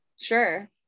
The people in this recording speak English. sure